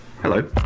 Hello